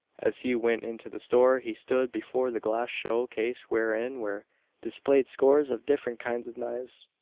as he went into the store, he stood before the glass show case wherein were displayed scores of different kinds of knives.